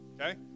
Okay